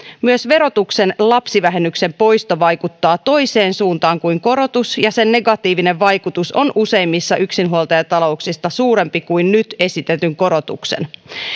myös verotuksen lapsivähennyksen poisto vaikuttaa toiseen suuntaan kuin korotus ja sen negatiivinen vaikutus on useimmissa yksinhuoltajatalouksissa suurempi kuin nyt esitetyn korotuksen